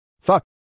Fuck